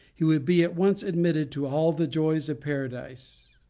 he would be at once admitted to all the joys of paradise.